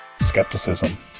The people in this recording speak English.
skepticism